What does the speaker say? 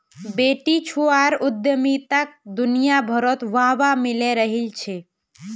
बेटीछुआर उद्यमिताक दुनियाभरत वाह वाह मिले रहिल छे